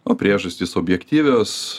o priežastys objektyvios